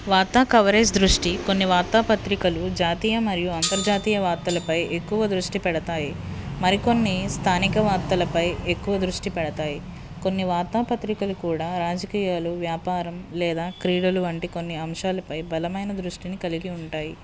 వార్త కవరేజ్ దృష్టి కొన్ని వార్తాపత్రికలు జాతీయ మరియు అంతర్జాతీయ వార్తలు పై ఎక్కువ దృష్టి పెడతాయి మరి కొన్ని స్థానిక వార్తలపై ఎక్కువ దృష్టి పెడతాయి కొన్ని వార్తాపత్రికలు కూడా రాజకీయాలు వ్యాపారం లేదా క్రీడలు వంటి కొన్ని అంశాలపై బలమైన దృష్టిని కలిగి ఉంటాయి